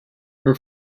her